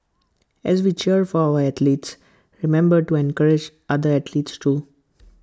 as we cheer for our athletes remember to encourage other athletes too